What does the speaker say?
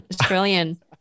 Australian